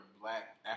black